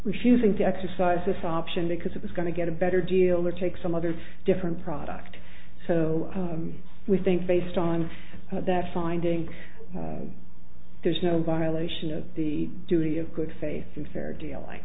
refusing to exercise this option because it was going to get a better deal or take some other different product so we think based on that finding there's no violation of the duty of good faith and fair deal